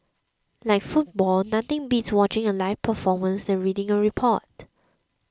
like football nothing beats watching a live performance than reading a report